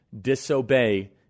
Disobey